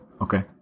Okay